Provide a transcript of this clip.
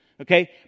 Okay